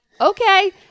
Okay